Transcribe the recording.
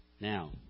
Now